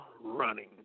running